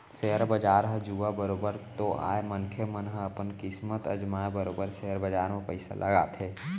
share बजार ह जुआ बरोबर तो आय मनखे मन ह अपन किस्मत अजमाय बरोबर सेयर बजार म पइसा लगाथे